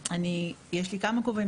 יש לי כמה כובעים,